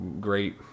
great